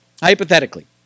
Hypothetically